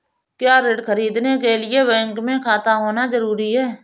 क्या ऋण ख़रीदने के लिए बैंक में खाता होना जरूरी है?